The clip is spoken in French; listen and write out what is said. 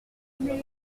j’ai